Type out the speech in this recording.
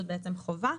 זאת בעצם חובה,